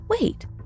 wait